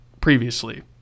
previously